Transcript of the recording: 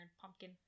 pumpkin